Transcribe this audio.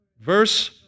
Verse